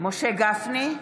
משה גפני,